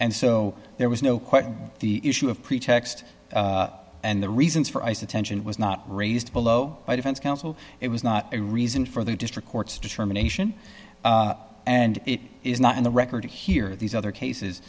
and so there was no question the issue of pretext and the reasons for ice attention was not raised below by defense counsel it was not a reason for the district court's determination and it is not in the record here are these other cases